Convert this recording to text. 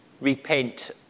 repent